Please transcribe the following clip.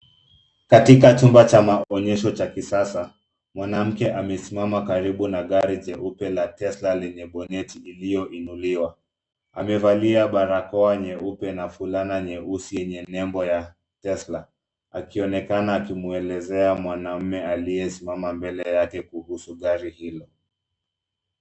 Katika chumba cha maonyesho cha kisasa, mwanamke amesimama karibu na gari jeupe la Tesla lenye boneti iliyo inuliwa. Amevalia barakoa nyeupe na fulana nyeusi yenye nembo ya Tesla. Akionekana akimuelezea mwanamume aliyesimama mbele yake kuhusu gari hilo.